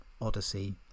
odyssey